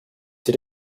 did